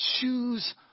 choose